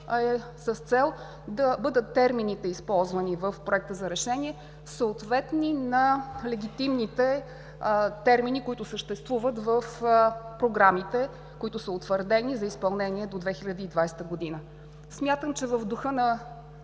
с цел използваните термини в Проекта за решение да бъдат съответни на легитимните термини, които съществуват в програмите, които са утвърдени за изпълнение до 2020 г. Смятам, че в духа на